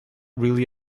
really